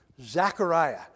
Zechariah